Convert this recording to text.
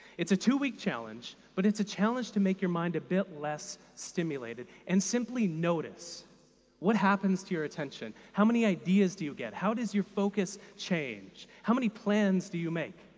it's a two-week challenge, but it's a challenge to make your mind a bit less stimulated and simply notice what happens to your attention? how many ideas do you get? how does your focus change? how many plans do you make?